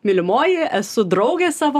mylimoji esu draugė savo